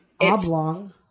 Oblong